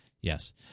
Yes